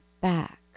back